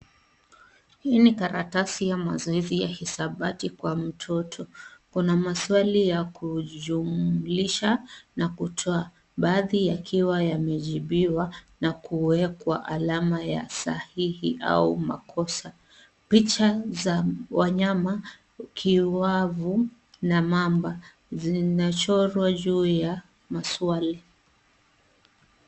Hili ni karatasi ya mazoezi ya hisabati kwa mtoto. Kuna maswali ya kujumlisha na kutoa, baadhi yakiwa yamejibiwa na kuwekwa alama ya sahihi au makosa. Picha za wanyama , kiwavu na mamba zinachorwa juu ya maswali.